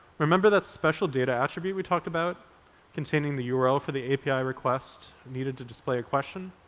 remember that special data attribute we talked about containing the yeah url for the api request needed to display a question?